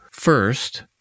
First